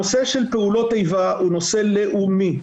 הנושא של פעולות איבה הוא נושא לאומי.